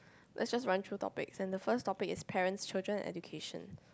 let's just run through topics and the first topic is parents children education